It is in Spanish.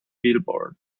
billboard